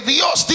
Dios